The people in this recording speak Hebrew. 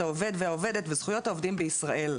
העובד והעובדת וזכויות העובדים בישראל.